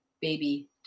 baby